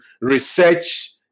research